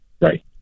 Right